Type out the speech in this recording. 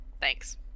Thanks